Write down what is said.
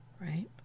Right